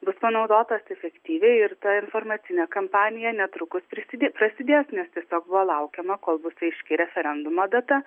bus panaudotos efektyviai ir ta informacinė kampanija netrukus prisidės prasidės nes tiesiog va laukiama kol bus aiški referendumo data